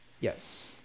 Yes